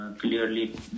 clearly